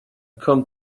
come